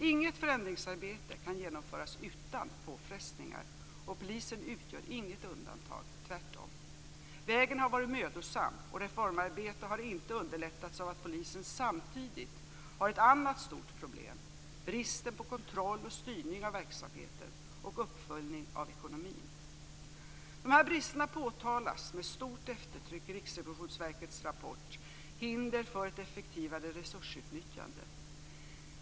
Inget förändringsarbete kan genomföras utan påfrestningar. Polisen utgör inget undantag - tvärtom. Vägen har varit mödosam, och reformarbetet har inte underlättats av att polisen samtidigt har ett annat stort problem - bristen på kontroll och styrning av verksamheten och uppföljning av ekonomin. Dessa brister påtalas med stort eftertryck i Riksrevisionsverkets rapport Hinder för ett effektivare resursutnyttjande.